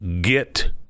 get